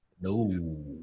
No